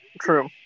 True